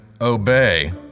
OBEY